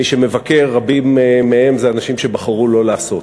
מי שמבקר, רבים מהם זה אנשים שבחרו לא לעשות.